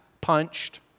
punched